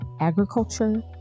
agriculture